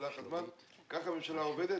כך הממשלה עובדת?